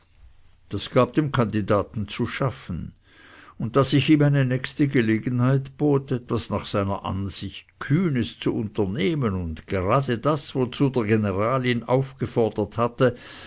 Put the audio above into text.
das gab dem kandidaten zu schaffen und da sich ihm eine nächste gelegenheit bot etwas nach seiner ansicht kühnes zu unternehmen und gerade das wozu der general ihn aufgefordert hatte